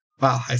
Wow